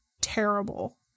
terrible